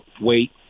wait